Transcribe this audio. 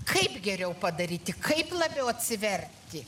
kaip geriau padaryti kaip labiau atsiverti